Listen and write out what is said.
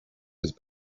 was